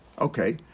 Okay